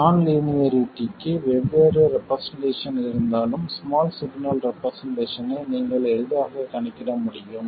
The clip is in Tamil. நான் லீனியாரிட்டிக்கு வெவ்வேறு ரெப்ரசெண்டேஷன் இருந்தாலும் ஸ்மால் சிக்னல் ரெப்ரசெண்டேஷனை நீங்கள் எளிதாகக் கணக்கிட முடியும்